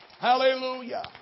Hallelujah